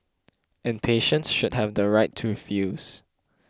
and patients should have the right to refuse